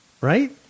right